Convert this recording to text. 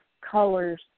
colors